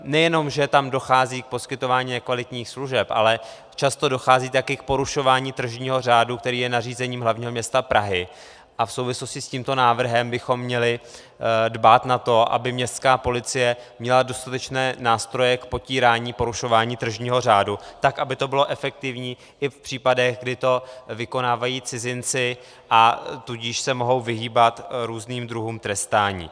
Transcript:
Nejenom že tam dochází k poskytování nekvalitních služeb, ale často dochází také k porušování tržního řádu, který je nařízením hlavního města Prahy, a v souvislosti s tímto návrhem bychom měli dbát na to, aby městská policie měla dostatečné nástroje k potírání porušování tržního řádu, tak aby to bylo efektivní i v případech, kdy to vykonávají cizinci, a tudíž se mohou vyhýbat různým druhům trestání.